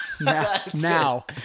now